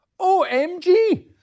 OMG